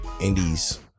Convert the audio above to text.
indies